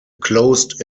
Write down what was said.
closed